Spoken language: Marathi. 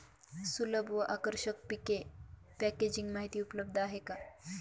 सुलभ व आकर्षक पीक पॅकेजिंग माहिती उपलब्ध आहे का?